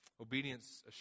Obedience